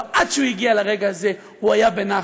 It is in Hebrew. עד שהוא הגיע לרגע הזה הוא היה בנחת,